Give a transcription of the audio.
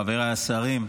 חבריי השרים,